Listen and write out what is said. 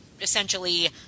essentially